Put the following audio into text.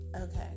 Okay